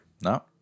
No